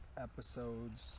episodes